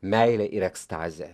meilę ir ekstazę